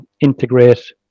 integrate